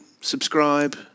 subscribe